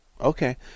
Okay